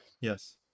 Yes